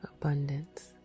abundance